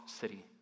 city